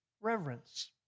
reverence